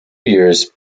years